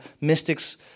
mystics